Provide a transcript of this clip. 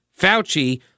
Fauci